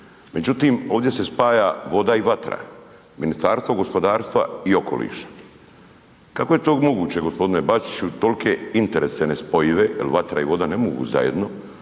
međutim, ovdje se spaja voda i vatra. Ministarstvo gospodarstva i okoliša. Kako je to moguće, g. Bačiću, tolike interese nespojive, jer vatra i voda ne mogu zajedno,